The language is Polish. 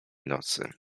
nocy